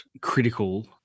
critical